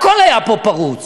הכול היה פה פרוץ.